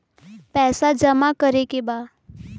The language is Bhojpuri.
पैसा जमा करे के बा?